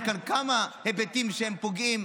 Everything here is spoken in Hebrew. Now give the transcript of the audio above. יש כאן כמה היבטים שפוגעים.